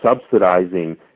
subsidizing